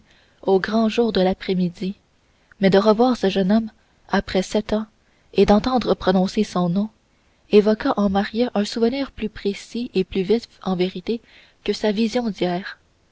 au grand jour de l'après-midi mais de revoir ce jeune homme après sept ans et d'entendre prononcer son nom évoqua en maria un souvenir plus précis et plus vif en vérité que sa vision d'hier